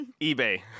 eBay